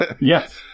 yes